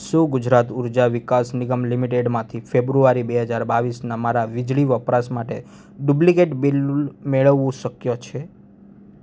શું ગુજરાત ઊર્જા વિકાસ નિગમ લિમિટેડમાંથી ફેબ્રુઆરી બે હજાર બાવીસના મારા વીજળી વપરાશ માટે ડુપ્લિકેટ બિલ મેળવવું શક્ય છે